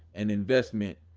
and investment.